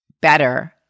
better